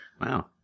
Wow